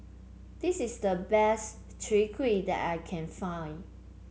this is the best Chai Kueh that I can find